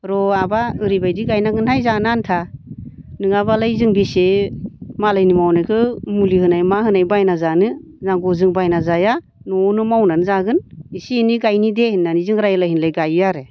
र' आबा ओरैबायदि गायनांगोनहाय जानो आन्था नोङाबालाय जों बेसे मालायनि मावनायखौ मुलि होनाय मा होनाय बायना जानो नांगौ जों बायना जाया न'आवनो मावना जागोन एसे एनै गायनो दे होन्नानै जों रायलाय होनलाय गायो आरो